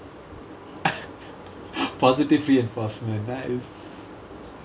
positive reinforcement right